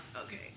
Okay